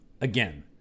again